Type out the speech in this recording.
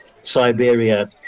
Siberia